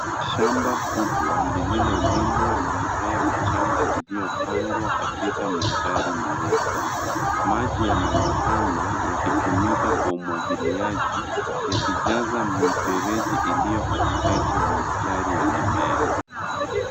Shamba kubwa lililolimwa na mimea michanga iliyopandwa katika mistari mirefu. Maji yanaonekana yakitumika kwa umwagiliaji yakijaza mifereji iliyo katikati ya mistari ya mimea.